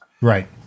Right